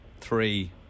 Three